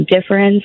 difference